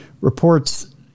Reports